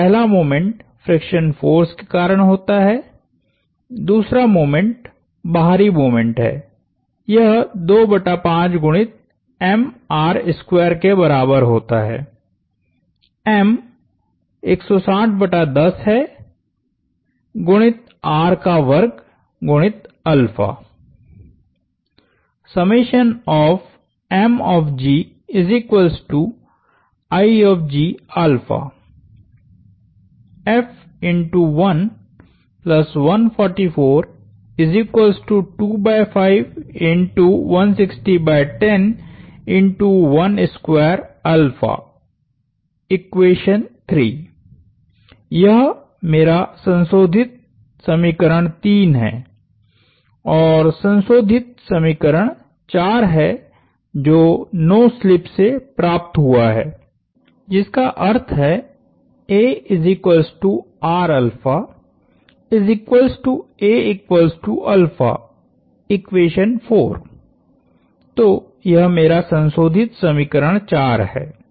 तो पहला moment friction force के कारण होता है दूसरा मोमेंट बाहरी मोमेंट है यह 25 गुणितके बराबर होता है M 160 बटा 10 है गुणित R का वर्ग गुणित यह मेरा संशोधित समीकरण 3 है और संशोधित समीकरण 4 है जो नो स्लिप से प्राप्त हुआ है जिसका अर्थ है तो यह मेरा संशोधित समीकरण 4 है